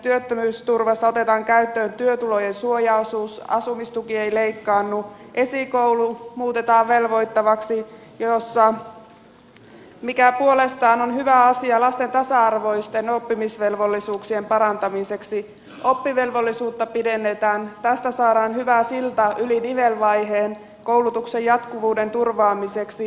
työttömyysturvassa otetaan käyttöön työtulojen suojaosuus asumistuki ei leikkaannu esikoulu muutetaan velvoittavaksi mikä puolestaan on hyvä asia lasten tasa arvoisten oppimisvelvollisuuksien parantamiseksi oppivelvollisuutta pidennetään tästä saadaan hyvää siltaa yli nivelvaiheen koulutuksen jatkuvuuden turvaamiseksi